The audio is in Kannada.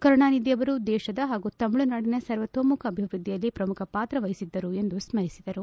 ಕರುಣಾನಿಧಿ ಅವರು ದೇಶದ ಹಾಗೂ ತಮಿಳುನಾಡಿನ ಸರ್ವತೋಮುಖ ಅಭಿವೃದ್ಧಿಯಲ್ಲಿ ಪ್ರಮುಖ ಪಾತ್ರವಹಿಸಿದ್ದರು ಎಂದು ಸ್ಟರಿಸಿದರು